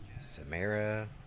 Samara